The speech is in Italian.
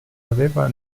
aveva